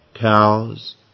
cows